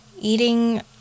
eating